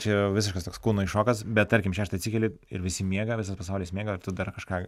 čia visiškas toks kūnui šokas bet tarkim šeštą atsikeli ir visi miega visas pasaulis miega ir tu dar kažką